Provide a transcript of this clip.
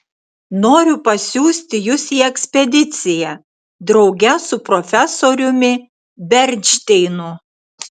noriu pasiųsti jus į ekspediciją drauge su profesoriumi bernšteinu